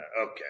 Okay